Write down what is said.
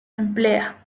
emplea